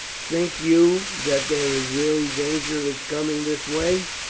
think you that there is really danger of its coming this way?